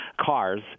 cars